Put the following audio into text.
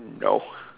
no